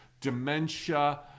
dementia